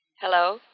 Hello